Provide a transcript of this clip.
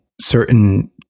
certain